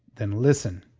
then listen.